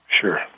sure